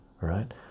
right